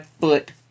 foot